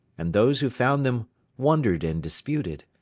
and those who found them wondered and disputed.